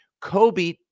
Kobe